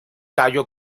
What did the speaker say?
tallo